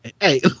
Hey